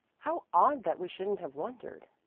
how odd that we shouldn't have wondered!